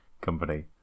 company